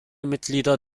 mitglieder